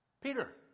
Peter